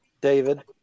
David